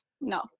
no